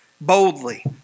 boldly